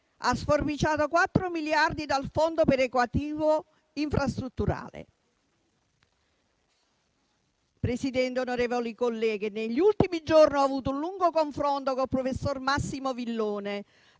ha sforbiciato quattro miliardi dal Fondo perequativo infrastrutturale. Signor Presidente, onorevoli colleghi, negli ultimi giorni ho avuto un lungo confronto con il professor Massimo Villone,